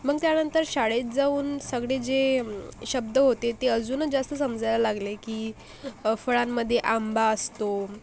मग त्यानंतर शाळेत जाऊन सगळे जे शब्द होते ते अजूनच जास्त समजायला लागले की अ फळांमध्ये आंबा असतो